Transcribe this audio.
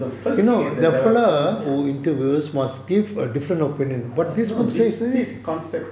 the first thing is that no no this concept